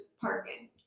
parking